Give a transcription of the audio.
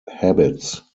habits